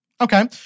Okay